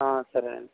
సరే అండి